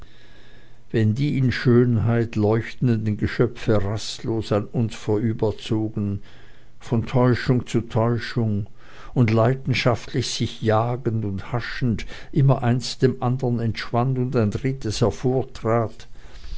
wenn die in schönheit leuchtenden geschöpfe rastlos an uns vorüberzogen von täuschung zu täuschung und leidenschaftlich sich jagend und haschend immer eins dem andern entschwand und ein drittes